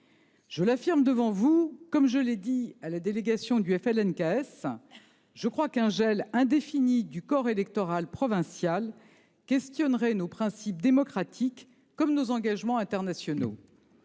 Je l'affirme devant vous, comme je l'ai indiqué à la délégation du FLNKS, je crois qu'un gel indéfini du corps électoral provincial questionnerait nos principes démocratiques comme nos engagements internationaux.